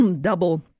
double